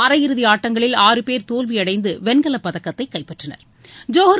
அரையிறுதி ஆட்டங்களில் ஆறு பேர் தோல்வியடைந்து வெண்கலப் பதக்கத்தை கைப்பற்றினர்